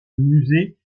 musée